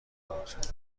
بود